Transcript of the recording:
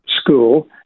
School